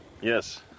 Yes